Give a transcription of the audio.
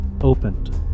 opened